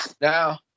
Now